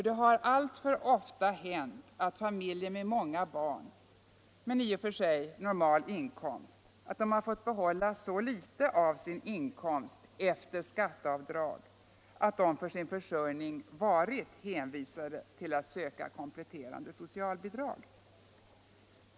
Det har alltför ofta hänt att familjer med många barn, men i och för sig normal inkomst, fått behålla så litet av sin inkomst efter skatteavdrag att de för sin försörjning varit hänvisade att söka kompletterande socialbidrag.